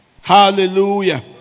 Hallelujah